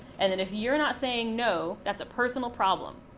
and then if you're not saying no, that's a personal problem.